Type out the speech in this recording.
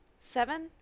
Seven